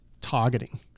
targeting